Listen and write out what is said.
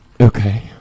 Okay